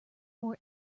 more